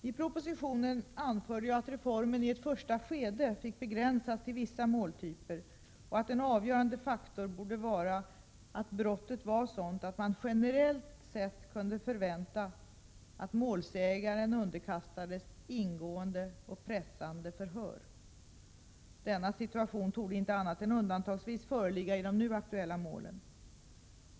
I propositionen anförde jag att reformen i ett första skede fick begränsas till vissa måltyper och att en avgörande faktor borde vara att brottet var sådant att man generellt sett kunde förvänta att målsäganden underkastades ingående och pressande förhör. Denna situation torde inte annat än undantagsvis föreligga i de nu aktuella målen.